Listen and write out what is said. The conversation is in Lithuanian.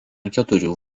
keturių